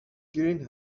گرین